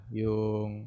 yung